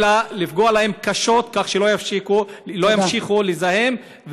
אלא לפגוע בהם קשות כך שלא ימשיכו לזהם.